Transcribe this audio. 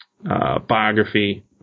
biography